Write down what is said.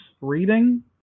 reading